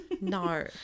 No